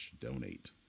donate